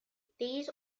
these